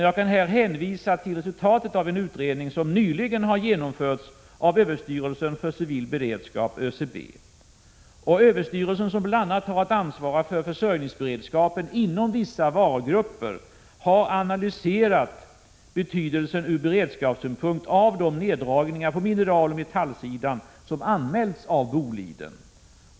Jag kan här hänvisa till resultat av en utredning som nyligen har gjorts av överstyrelsen för civil beredskap, ÖCB. Överstyrelsen, som bl.a. har ansvar för försörjningsberedskapen inom vissa varugrupper, har analyserat betydelsen från beredskapssynpunkt av de neddragningar på mineraloch metallsidan som anmälts av Boliden.